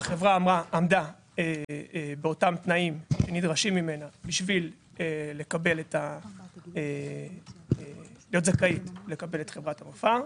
החברה עמדה בתנאים הנדרשים ממנה כדי להיות זכאית לקבל את חברת מפא"ר.